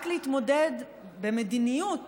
רק להתמודד במדיניות